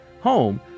home